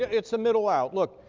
it's the middle out. look,